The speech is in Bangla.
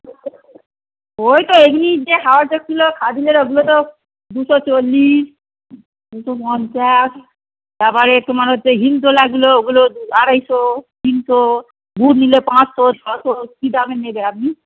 ওই তো এমনি যে হাওয়াই চটিগুলো খাদিমের ওগুলো তো দুশো চল্লিশ দুশো পঞ্চাশ তারপরে তোমার হচ্ছে হিল তোলাগুলো ওগুলো আড়াইশো তিনশো বুট নিলে পাঁচশো ছশো কী দামে নেবে আপনি